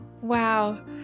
Wow